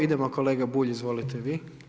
Idemo, kolega Bulj, izvolite vi.